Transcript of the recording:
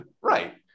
right